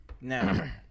Now